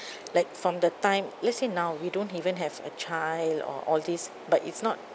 like from the time let's say now we don't even have a child or all these but it's not